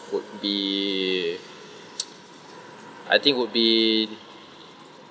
would be I think would be